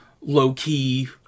Low-key